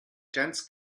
dense